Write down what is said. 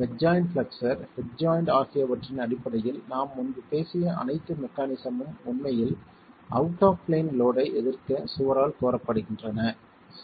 bed joint flexure head joint ஆகியவற்றின் அடிப்படையில் நாம் முன்பு பேசிய அனைத்து மெக்கானிசம்மும் உண்மையில் அவுட் ஆப் பிளேன் லோட்யை எதிர்க்க சுவரால் கோரப்படுகின்றன சரி